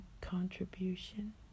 contribution